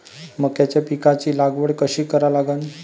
मक्याच्या पिकाची लागवड कशी करा लागन?